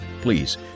Please